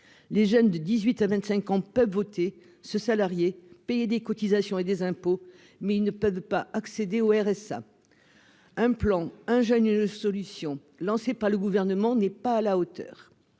les jeunes de 18 à 25 ans peuvent voter ce salarié payé des cotisations et des impôts mais ils ne peuvent pas accéder au RSA un plan, un jeune une solution lancé par le gouvernement n'est pas à la hauteur